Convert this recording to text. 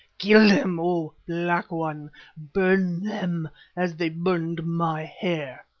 kill them, o black one burn them as they burned my hair.